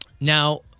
now